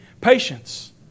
patience